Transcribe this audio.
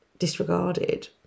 Disregarded